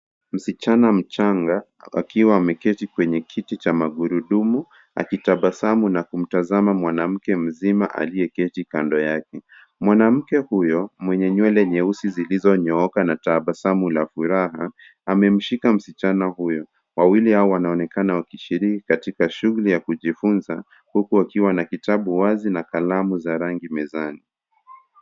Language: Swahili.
Msichana mchanga akiwa ameketi kwenye kiti cha magurudumu akitabasamu na kutazama mwanamke mzima aliyeketi kando yake. Mwanamke huyo mwenye nywele nyeusi zilizonyooka na tabasamu la furaha amemshika msichana huyo. Wawili hao wanaonekana wakishiriki katika shughuli ya kujifunza huku wakiwa na vitabu wazi na kalamu za rangi mezani.